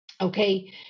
okay